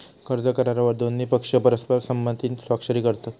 कर्ज करारावर दोन्ही पक्ष परस्पर संमतीन स्वाक्षरी करतत